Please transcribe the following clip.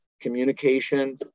communication